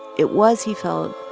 it was, he felt,